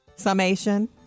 Summation